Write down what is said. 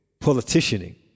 Politicianing